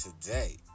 today